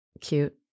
Cute